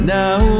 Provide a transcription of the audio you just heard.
now